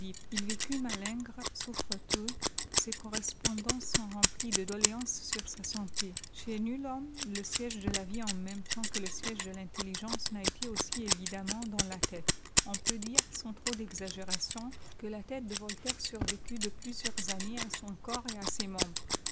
il véoiit malingre souffreteux ses correspondances sont remplies de doléances sur sa santé chez nul homme le siège de la vie en même temps que le siège de fintelligence n'a été aussi évidemment dans la tète on peut dire sans trop d exagération que la tète de voltaire survécut de plusieurs années à son corps et à sed membres